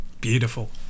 beautiful